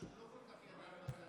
צביקה?